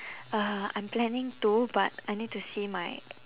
uh I'm planning to but I need to see my